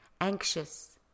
anxious